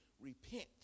repent